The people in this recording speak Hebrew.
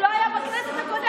הוא לא היה בכנסת הקודמת.